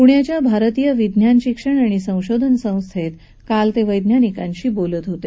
प्ण्याच्या भारतीय विज्ञान शिक्षण आणि संशोधन संस्थेत काल ते वैज्ञानिकांशी बोलत हेते